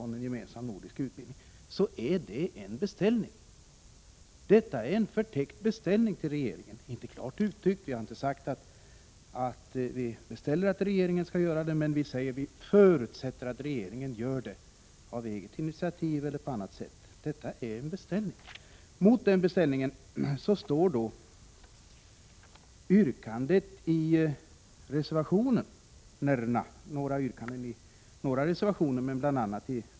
1986/87:130 stånd en gemensam nordisk utbildning är detta en förtäckt beställning till 25 maj 1987 regeringen. Vi har inte sagt att vi beställer att regeringen skall göra någonting bestämt, men det står att vi förutsätter att regeringen gör någonting på eget initiativ eller på annat sätt. Detta är alltså en beställning. Mot denna beställning står då några yrkanden i reservationerna, bl.a. i reservation 54.